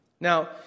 Now